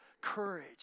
courage